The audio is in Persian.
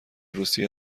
روسیه